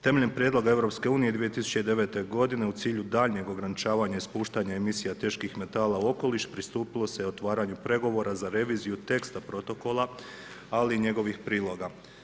Temeljem prijedloga EU, 2009.g u cilju daljnjeg ograničavanja i spuštanja emisija teških metala u okoliš pristupilo se otvaranja pregovora, za reviziju teksta protokola ali i njegovih priloga.